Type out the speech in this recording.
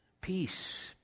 Peace